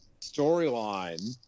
storyline